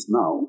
now